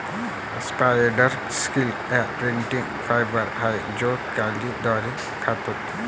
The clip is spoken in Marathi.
स्पायडर सिल्क हा प्रोटीन फायबर आहे जो कोळी द्वारे काततो